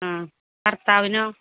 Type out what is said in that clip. ആ ഭർത്താവിനോ